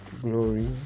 Glory